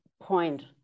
point